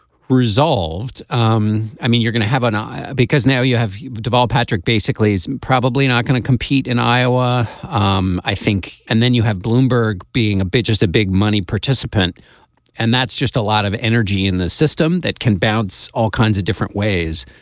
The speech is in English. resolved. um i mean you're going to have an eye because now you have deval patrick basically is probably not going to compete in iowa um i think. and then you have bloomberg being a bit just a big money participant and that's just a lot of energy in the system that can bounce all kinds of different ways.